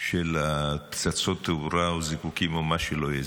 של פצצות התאורה או הזיקוקים או מה שזה לא יהיה,